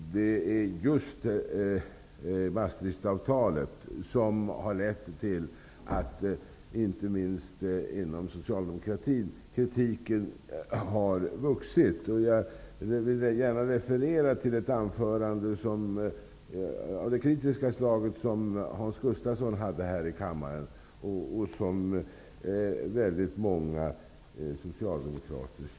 Maastrichtavtalet har lett till att inte minst kritiken inom socialdemokratin har vuxit. Jag vill gärna referera till ett anförande av det kritiska slaget som hållits av Hans Gustafsson här i kammaren och som stöds av många socialdemokrater.